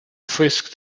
frisk